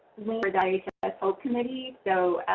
link for the ihs hope committee so